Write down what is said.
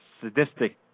sadistic